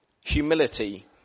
humility